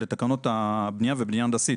לתקנות הבניה ובניה הנדסית.